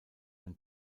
ein